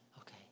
Okay